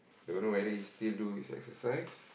don't know whether he still do his exercise